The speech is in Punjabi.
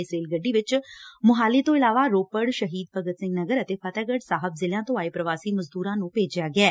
ਇਸ ਰੇਲ ਗੱਡੀ ਚ ਮੋਹਾਲੀ ਤੋਂ ਇਲਾਵਾ ਰੋਪੜ ਸ਼ਹੀਦ ਭਗਤ ਸਿੰਘ ਨਗਰ ਅਤੇ ਫਤਹਿਗਤ੍ਹ ਸਾਹਿਬ ਜ਼ਿਲ੍ਹਿਆਂ ਤੋਂ ਆਏ ਪ੍ਵਾਸੀ ਮਜ਼ਦੂਰਾਂ ਨੂੰ ਭੇਜਿਆ ਗਿਐ